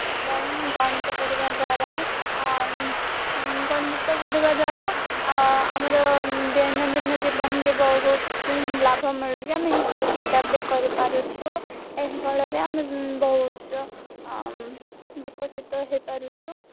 ଏବଂ ଗଣିତ ପଢ଼ିବା ଦ୍ୱାରା ଗଣିତ ପଢ଼ିବା ଦ୍ୱାରା ଆମର ଦୈନନ୍ଦିନ ଜୀବନରେ ବହୁତ ଲାଭ ମିଳୁଛି ଆମେ ହିସାବ କିତାବ ବି କରିପାରୁଛୁ ଏହି ଫଳରେ ଆମେ ବହୁତ ବିକଶିତ ହେଇପାରୁଛୁ